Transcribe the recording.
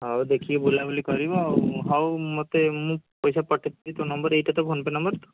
ହେଉ ଦେଖିକି ବୁଲାବୁଲି କରିବ ଆଉ ହେଉ ମୋତେ ମୁଁ ପଇସା ପଠାଇଦେବି ତ ନମ୍ବର ଏହିଟା ତୋ ଫୋନ ପେ ନମ୍ବର ତ